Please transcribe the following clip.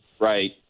Right